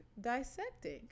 dissecting